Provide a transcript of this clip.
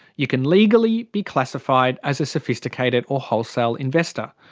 you can legally be classified as a sophisticated or wholesale investor.